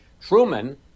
Truman